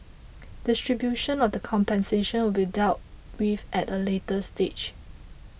distribution of the compensation will be dealt with at a later stage